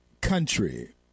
country